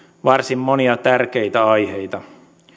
varsin monia tärkeitä aiheita